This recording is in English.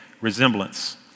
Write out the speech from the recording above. resemblance